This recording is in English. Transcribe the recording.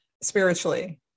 spiritually